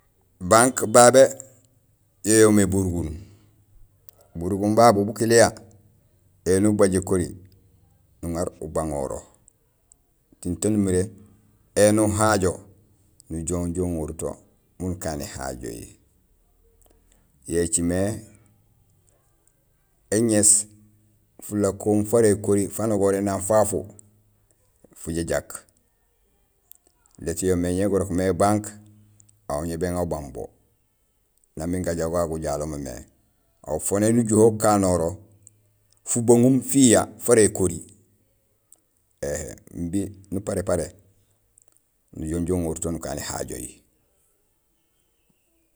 Banque babé yo yoomé burugun. Burugun babu bukiliya éni ubaj ékori nuŋar ubaŋoro tiin taan umiré ini uhajo nujoow inja uŋorul to miin ukaan éhajohi. Yo écimé éŋéés fulakohum fara ékori fa nogoré nang fafu fujajak lét yoomé gurok mé banque aw ñé béŋa ubang bo nang miin gajaaw gagu gujalo mémé. Aw fanahi nujuhé ukanoro fubaŋum fiya fara ékori éhé imbi nuparé paré ujoow inja uŋorul to nukaan éhajohi.